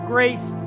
Grace